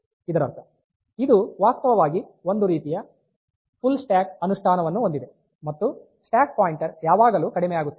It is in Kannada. ಇದರರ್ಥ ಇದು ವಾಸ್ತವವಾಗಿ ಒಂದು ರೀತಿಯ ಫುಲ್ ಸ್ಟಾಕ್ ಅನುಷ್ಠಾನವನ್ನು ಹೊಂದಿದೆ ಮತ್ತು ಸ್ಟ್ಯಾಕ್ ಪಾಯಿಂಟರ್ ಯಾವಾಗಲೂ ಕಡಿಮೆಯಾಗುತ್ತಿದೆ